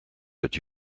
that